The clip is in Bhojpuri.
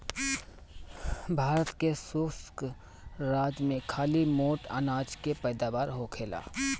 भारत के शुष्क राज में खाली मोट अनाज के पैदावार होखेला